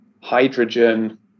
hydrogen